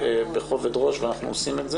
בכובד ראש ואנחנו עושים את זה.